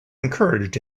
encouraged